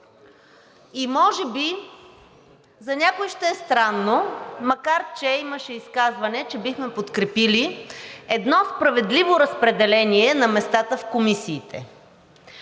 и може би за някой ще е странно, макар че имаше изказване, че бихме подкрепили едно справедливо разпределение на местата в комисиите.